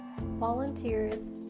volunteers